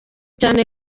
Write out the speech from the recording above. cyane